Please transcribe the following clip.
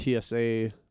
TSA